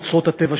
אוצרות הטבע,